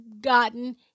gotten